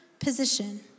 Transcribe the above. position